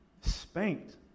spanked